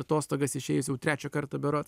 į atostogas išėjus jau trečią kartą berods